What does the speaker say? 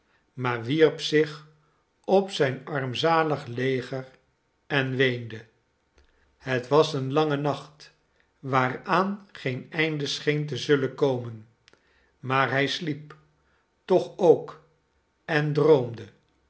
maar wierp zich op zijn armzalig leger en weende het was een lange nacht waaraan geen einde scheen te zullen komen maar hij sliep toch ook en droomde